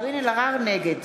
נגד